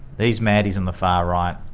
these maddies in the far right,